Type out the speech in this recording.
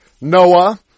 Noah